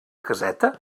caseta